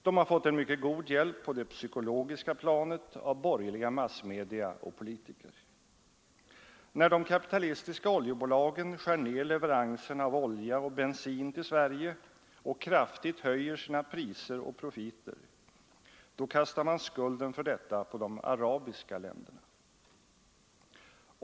De har fått en mycket god hjälp på det psykologiska planet av borgerliga massmedia och politiker. När de kapitalistiska oljebolagen skär ned leveranserna av olja och bensin till Sverige och kraftigt höjer sina priser och profiter, då kastar man skulden för detta på de arabiska länderna.